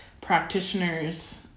practitioners